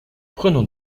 prenons